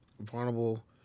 vulnerable